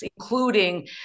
including